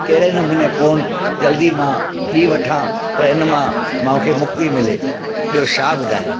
कहिड़े नमूने फोन जल्दी मां ॿी वठां त इन मां मूंखे मुक्ति मिले ॿियो छा ॿुधायां